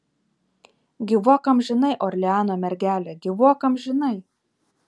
gyvuok amžinai orleano mergele gyvuok amžinai